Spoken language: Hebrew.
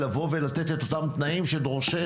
לבוא ולתת את אותם תנאים שדורשת,